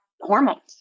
hormones